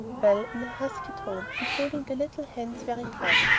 well, in a husky tone, and holding the little hands very tight,